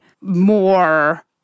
more